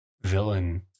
villain